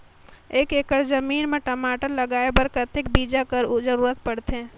एक एकड़ जमीन म टमाटर लगाय बर कतेक बीजा कर जरूरत पड़थे?